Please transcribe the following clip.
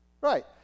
Right